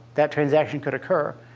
that transaction could occur.